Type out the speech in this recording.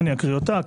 ההגדרה.